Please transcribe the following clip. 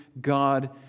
God